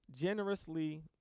generously